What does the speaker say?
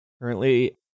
Currently